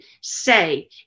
say